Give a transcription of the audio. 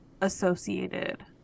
associated